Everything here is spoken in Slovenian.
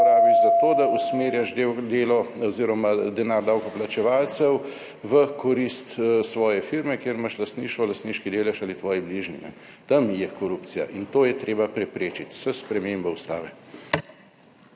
opravi za to, da usmerjaš delo oziroma denar davkoplačevalcev v korist svoje firme, kjer imaš lastništvo, lastniški delež ali tvoji bližnji. Tam je korupcija in to je treba preprečiti s spremembo Ustave.